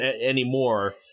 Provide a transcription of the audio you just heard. anymore